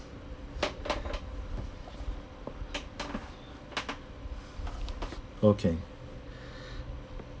okay